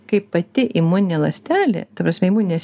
kaip pati imuninė ląstelė ta prasme imuninės